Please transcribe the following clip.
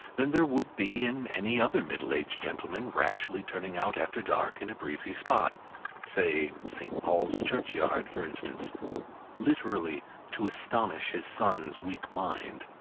than there would be in any other middle-aged gentleman rashly turning out after dark in a breezy spot say saint paul's churchyard for instance literally to astonish his son's weak mind.